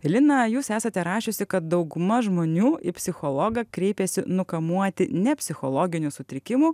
lina jūs esate rašiusi dauguma žmonių į psichologą kreipiasi nukamuoti ne psichologinių sutrikimų